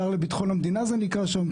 שר לביטחון המדינה זה נקרא שם,